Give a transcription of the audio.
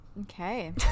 Okay